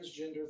transgender